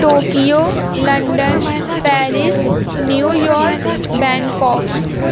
Tokyo London Paris New York Bangkok